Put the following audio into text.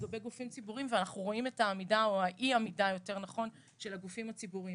אנחנו רואים את אי העמידה של הגופים הציבוריים.